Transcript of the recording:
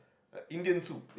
Indian soup